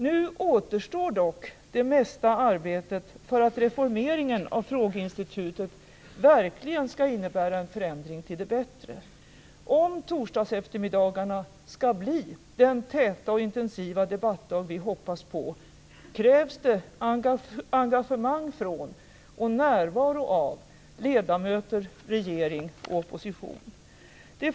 Nu återstår dock det mesta arbetet för att reformeringen av frågeinstitutet verkligen skall innebära en förändring till det bättre. Om torsdagseftermiddagarna skall bli den täta och intensiva debattdag vi hoppas på krävs det engagemang från och närvaro av ledamöter, regering och opposition.